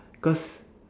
cause